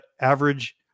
average